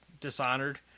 Dishonored